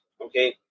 Okay